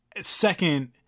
second